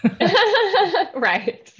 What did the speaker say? Right